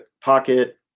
pocket